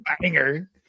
banger